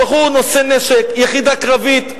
הבחור נושא נשק, יחידה קרבית,